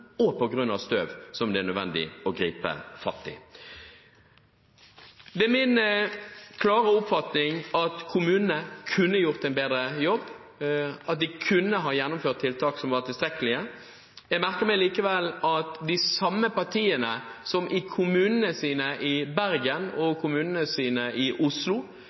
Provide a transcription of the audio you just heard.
det nødvendig å gripe fatt i. Det er min klare oppfatning at kommunene kunne gjort en bedre jobb, at de kunne ha gjennomført tiltak som var tilstrekkelige. Jeg merker meg likevel at de samme partiene i kommunene sine, Bergen og